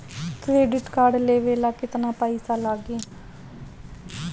Credit card लेवे ला केतना पइसा लागी?